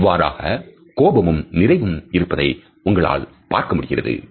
இவ்வாறாக கோபமும் நிறைவும் இருப்பதை உங்களால் பார்க்க முடிகிறது